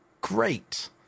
great